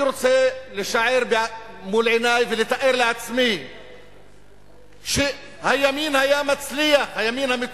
אני רוצה לשער מול עיני ולתאר לעצמי שהימין המטורף